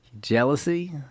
Jealousy